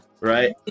right